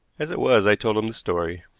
as it was, i told him the story.